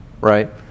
right